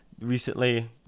recently